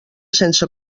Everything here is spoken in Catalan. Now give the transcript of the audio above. sense